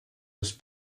was